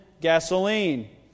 Gasoline